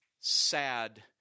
sad